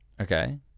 Okay